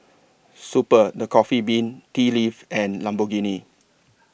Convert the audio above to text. Super The Coffee Bean Tea Leaf and Lamborghini